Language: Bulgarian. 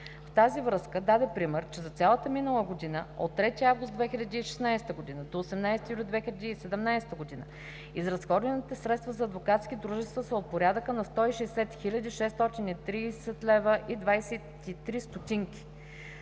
В тази връзка даде пример, че за цялата минала година – от 3 август 2016 г. до 18 юли 2017 г., изразходваните средства за адвокатските дружества са от порядъка на 160 630,23 лв.